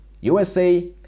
USA